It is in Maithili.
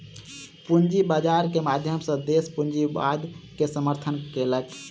पूंजी बाजार के माध्यम सॅ देस पूंजीवाद के समर्थन केलक